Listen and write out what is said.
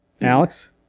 Alex